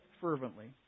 fervently